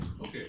Okay